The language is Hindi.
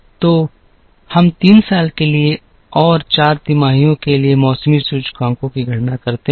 तो हम 3 साल के लिए और 4 तिमाहियों के लिए मौसमी सूचकांकों की गणना करते हैं